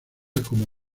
como